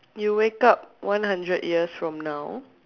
you wake up one hundred years from now